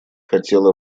хотела